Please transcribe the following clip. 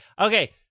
Okay